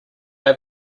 have